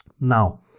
Now